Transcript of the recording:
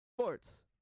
sports